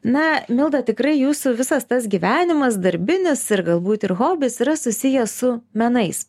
na milda tikrai jūsų visas tas gyvenimas darbinis ir galbūt ir hobis yra susiję su menais